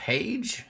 Page